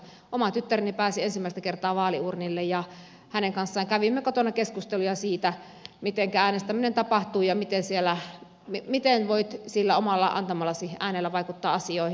oma tyttäreni pääsi ensimmäistä kertaa vaaliuurnille ja hänen kanssaan kävimme kotona keskusteluja siitä mitenkä äänestäminen tapahtuu ja miten voit sillä omalla antamallasi äänellä vaikuttaa asioihin